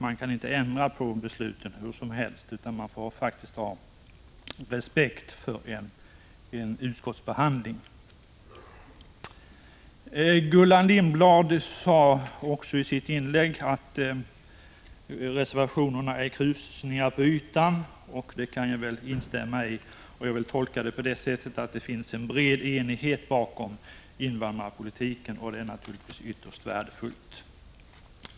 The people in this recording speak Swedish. Man kan inte ändra besluten hur som helst, utan man måste ha respekt för utskottsbehandlingen. Gullan Lindblad sade också i sitt inlägg att reservationerna är krusningar på ytan, och det kan jag instämma i. Jag tolkar det så att det finns en bred enighet om invandrarpolitiken, och det är naturligtvis ytterst värdefullt.